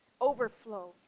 overflow